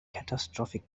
catastrophic